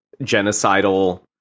genocidal